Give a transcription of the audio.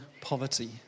poverty